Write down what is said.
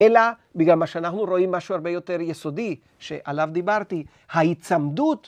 ‫אלא בגלל מה שאנחנו רואים, ‫משהו הרבה יותר יסודי שעליו דיברתי, ‫ההיצמדות...